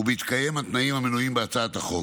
ובהתקיים התנאים המנויים בהצעת החוק.